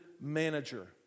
manager